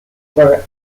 were